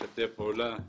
2018,